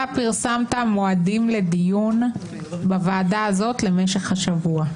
אתה פרסמת מועדים לדיון בוועדה הזאת למשך השבוע,